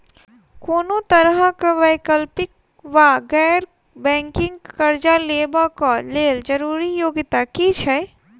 कोनो तरह कऽ वैकल्पिक वा गैर बैंकिंग कर्जा लेबऽ कऽ लेल जरूरी योग्यता की छई?